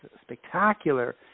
spectacular